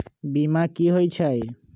बीमा कि होई छई?